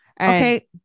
Okay